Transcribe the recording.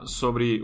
sobre